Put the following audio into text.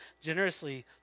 generously